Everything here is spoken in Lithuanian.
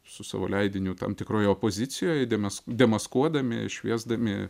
su savo leidiniu tam tikroj opozicijoj eidamas demaskuodami šviesdami